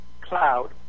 cloud